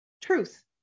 Truth